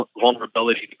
vulnerability